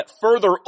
further